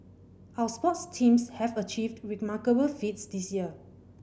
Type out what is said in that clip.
our sports teams have achieved remarkable feats this year